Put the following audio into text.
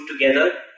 together